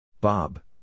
Bob